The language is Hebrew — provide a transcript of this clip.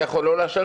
אתה יכול לא לאשר,